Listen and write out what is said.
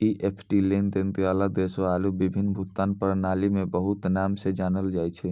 EFT लेनदेन के अलग देशो आरु विभिन्न भुगतान प्रणाली मे बहुते नाम से जानलो जाय छै